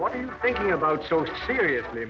what are you thinking about so seriously